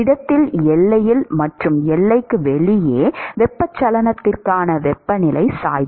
திடத்தில் எல்லையில் மற்றும் எல்லைக்கு வெளியே வெப்பச்சலனத்திற்கான வெப்பநிலை சாய்வு